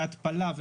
התפלה,